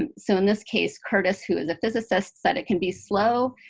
and so in this case, curtis, who is a physicist, said, it can be slow,